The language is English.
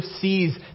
sees